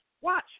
Watch